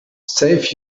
save